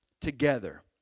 together